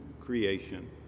creation